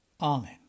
Amen